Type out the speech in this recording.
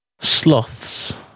Sloths